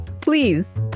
please